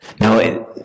Now